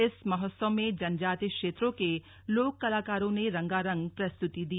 इस महोत्सव में जनजाति क्षेत्रों के लोक कलाकारों ने रंगारंग प्रस्तुति दी